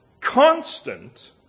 constant